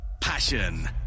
passion